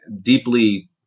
deeply